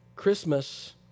Christmas